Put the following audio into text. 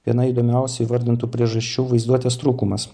viena įdomiausių įvardintų priežasčių vaizduotės trūkumas